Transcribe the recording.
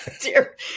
dear